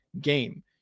game